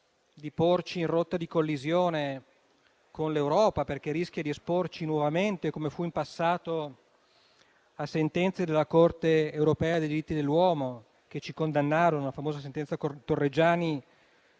di porci in rotta di collisione con l'Europa, rischiando di esporci nuovamente, come fu in passato, a sentenze della Corte europea per i diritti dell'uomo, che ci condannò, con la famosa sentenza Torreggiani,